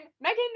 Megan